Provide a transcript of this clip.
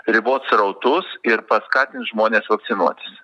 ribot srautus ir paskatint žmones vakcinuotis